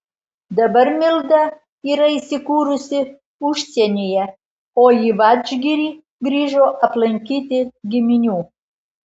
dabar milda yra įsikūrusi užsienyje o į vadžgirį grįžo aplankyti giminių